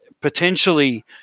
potentially